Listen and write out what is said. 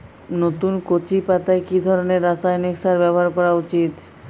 নতুন কচি পাতায় কি ধরণের রাসায়নিক সার ব্যবহার করা উচিৎ?